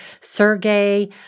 Sergey